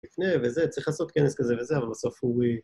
לפני וזה, צריך לעשות כנס כזה וזה, אבל בסוף הוא...